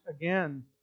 again